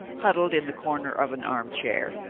huddled in the corner of an arm-chair,